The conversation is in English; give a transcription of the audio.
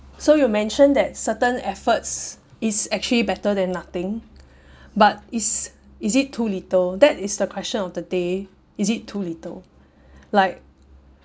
so you mention that certain efforts is actually better than nothing but is is it too little that is the question of the day is it too little like